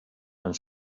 and